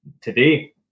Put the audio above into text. today